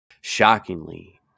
Shockingly